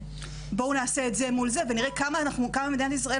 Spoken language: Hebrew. בואו נעשה את זה מול זה ונראה כמה מדינת ישראל